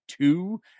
two